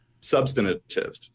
substantive